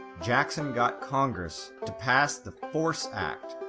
jackson got congress to pass the force act,